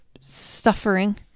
suffering